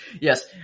Yes